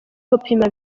gupima